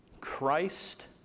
Christ